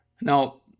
Now